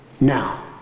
Now